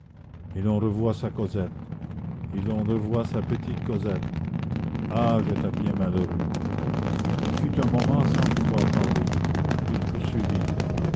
et l'on revoit sa cosette et l'on revoit sa petite cosette ah j'étais bien malheureux il fut un moment sans pouvoir parler puis il poursuivit